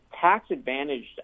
tax-advantaged